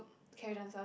carry themselves